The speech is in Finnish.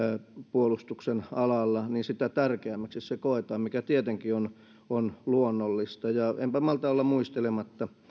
puolustuksen alalla niin sitä tärkeämmäksi se koetaan mikä tietenkin on on luonnollista enpä malta olla muistelematta sitä